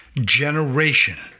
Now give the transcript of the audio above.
generation